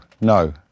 no